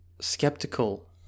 skeptical